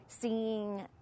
Seeing